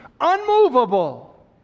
unmovable